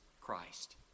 Christ